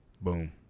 boom